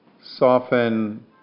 soften